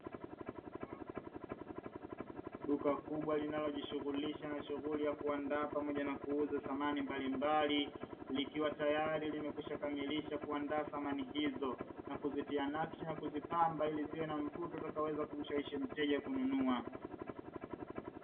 Duka kubwa linalojishugulisha na shuguli ya kuandaa pamoja na kuuza samani mbaimbali likiwatayali limekwisaha kamilisha kuandaa samani hizo na kuzitia nakshi na kuzipamba, ili ziwe na mvuto utakaoweza kumshawishi mteja kununua.